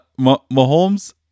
Mahomes